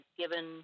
given